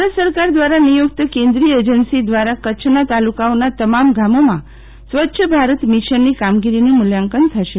ભારત સરકાર દ્રારા નિયુક્ત કેન્દ્રીય એજન્સી દ્રારા કચ્છના તાલુકાઓના તમામ ગામોમાં સ્વચ્છ ભારત મિશન ની કામગીરીનું મુલ્યાંકન થશે